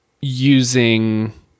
Using